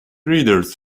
readers